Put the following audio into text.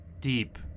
deep